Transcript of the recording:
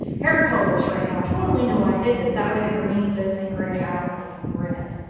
hair colorists right now totally know why i did this. that way the green doesn't gray out my red.